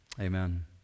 Amen